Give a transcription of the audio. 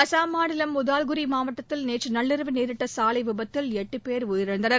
அஸ்ஸாம் மாநிலம் உதவ்குரி மாவட்டத்தில் நேற்று நள்ளிரவு நேரிட்ட சாலை விபத்தில் எட்டு போ உயிரிழந்தனர்